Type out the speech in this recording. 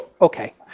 okay